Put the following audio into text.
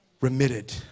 remitted